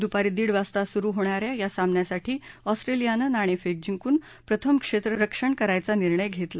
दुपारी दीड वाजता सुरु होणाऱ्या या सामन्यासाठी ऑस्ट्रेलियानं नाणेफेक जिंकून प्रथम क्षेत्ररक्षण करायचा निर्णय घेतला